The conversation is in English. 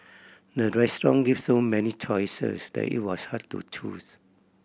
the restaurant gave so many choices that it was hard to choose